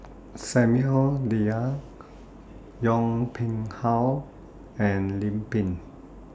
Samuel Dyer Yong How and Lim Pin